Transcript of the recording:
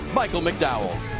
michael mcdowell.